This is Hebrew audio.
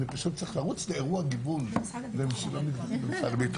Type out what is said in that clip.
אני פשוט צריך לרוץ לאירוע גיוון במשרד הביטחון.